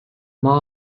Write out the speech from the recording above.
maa